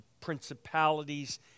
principalities